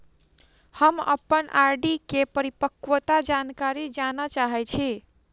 हम अप्पन आर.डी केँ परिपक्वता जानकारी जानऽ चाहै छी